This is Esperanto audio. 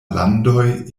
landoj